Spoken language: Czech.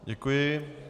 Děkuji.